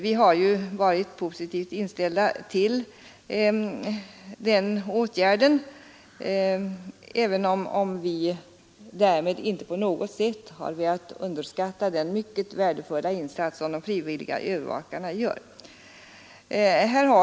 Vi har varit positivt inställda till den åtgärden, även om vi därmed inte på något sätt velat underskatta den mycket värdefulla insats som de frivilliga övervakarna gör.